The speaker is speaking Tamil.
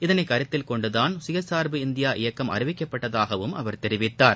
இதனைக் கருத்தில்கொண்டுதான் குயசாா்பு இந்தியா இயக்கம் அறிவிக்கப்பட்டதாகவும் அவா் தெரிவித்தார்